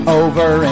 over